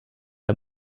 der